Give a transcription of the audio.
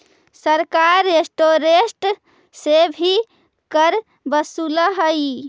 सरकार रेस्टोरेंट्स से भी कर वसूलऽ हई